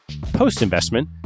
Post-investment